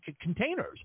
containers